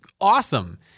awesome